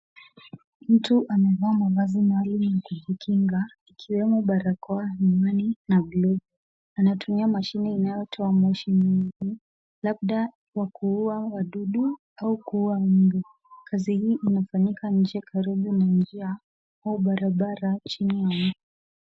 Mtu amevaa mavazi maalum ya kujikinga ikiwemo barakoa, miwani na glovu. Anatumia mashine inayotoa moshi mingi, labda wa kuua wadudu au kuua mbu. Kazi hii inafanyika nje karibu na njia au barabara chini ya mti.